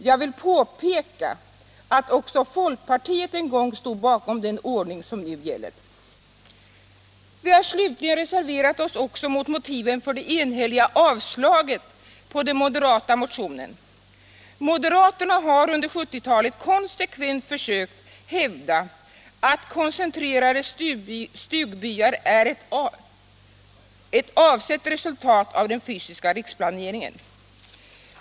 Jag vill påpeka att också folkpartiet en gång stod bakom den ordning som nu gäller. Vi har slutligen reserverat oss även mot motiven för det enhälliga avslaget på den moderata motionen. Moderaterna har under 1970-talet konsekvent försökt hävda att koncentrerade stugbyar är ett avsett resultat av den fysiska riksplaneringen.